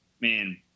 man